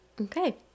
Okay